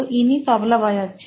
তো ইনি তবলা বাজাচ্ছেন